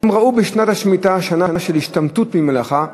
הם ראו בשנת השמיטה שנה של השתמטות ממלאכה,